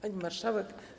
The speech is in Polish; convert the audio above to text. Pani Marszałek!